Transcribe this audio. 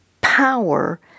power